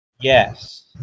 Yes